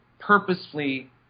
purposefully